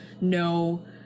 no